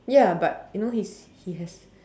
ya but you know he's he has